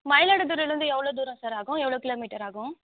மயிலாடுதுறைலருந்து எவ்வளோ தூரம் சார் ஆகும் எவ்வளோ கிலோமீட்டர் ஆகும்